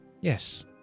Yes